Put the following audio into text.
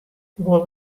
wol